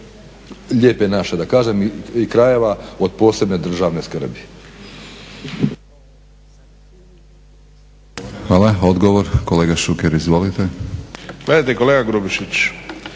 Lijepe naše da kažem i krajeva od posebne državne skrbi.